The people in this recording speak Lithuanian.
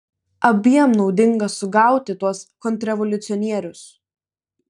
abiem naudinga sugauti tuos kontrrevoliucionierius